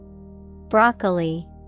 broccoli